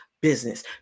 business